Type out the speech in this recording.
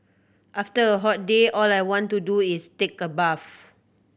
after a hot day all I want to do is take a bath